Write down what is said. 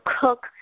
cook